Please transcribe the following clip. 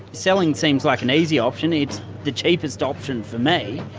selling seems like an easy option. it's the cheapest option for me,